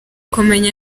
kumenya